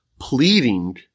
pleading